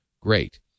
great